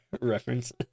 reference